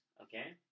okay